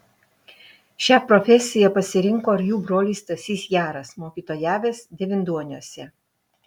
šią profesiją pasirinko ir jų brolis stasys jaras mokytojavęs devynduoniuose